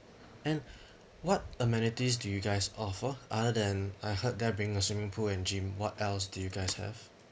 and what amenities do you guys offer other than I heard there being a swimming pool and gym what else do you guys have